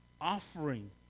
offering